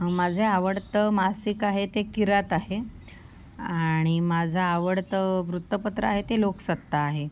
माझे आवडतं मासिक आहे ते किरात आहे आणि माझं आवडतं वृत्तपत्र आहे ते लोकसत्ता आहे